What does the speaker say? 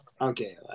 Okay